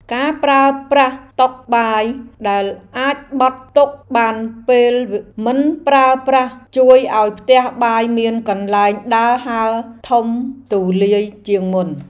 ការប្រើប្រាស់តុបាយដែលអាចបត់ទុកបានពេលមិនប្រើប្រាស់ជួយឱ្យផ្ទះបាយមានកន្លែងដើរហើរធំទូលាយជាងមុន។